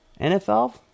NFL